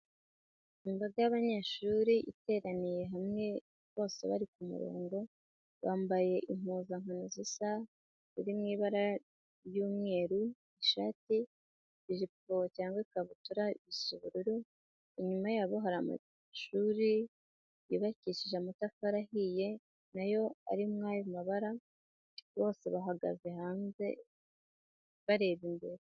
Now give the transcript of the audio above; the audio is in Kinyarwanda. Imbaga y'abanyeshuri iteraniye hamwe bose bari kumurongo. Bambaye impuzankano zisa ziri mu ibara ry'umweru: ishati, ijipo cyangwa ikabutura bisa ubururu. Inyuma yabo hari amashuri yubakishije amatafari ahiye nayo ari nk'ayo mabara, bose bahagaze hanze bareba imbere.